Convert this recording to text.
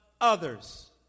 Others